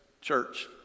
church